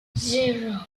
zero